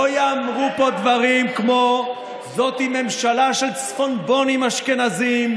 לא ייאמרו פה דברים כמו "זאת היא ממשלה של צפונבונים אשכנזים,